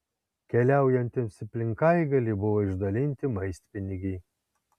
keliaujantiems į plinkaigalį buvo išdalinti maistpinigiai